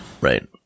right